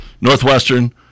Northwestern